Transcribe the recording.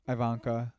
Ivanka